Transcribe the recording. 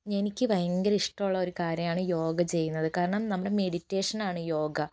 എനിക്ക് ഭയങ്കര ഇഷ്ടമുള്ള ഒരു കാര്യമാണ് യോഗ ചെയ്യുന്നത് കാരണം നമ്മുടെ മെഡിറ്റേഷനാണു യോഗ